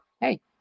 hey